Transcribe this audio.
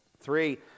Three